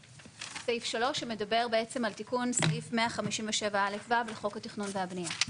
סעיף (3) שמדבר בעצם על תיקון סעיף 157(א)(ו) לחוק התכנון והבנייה.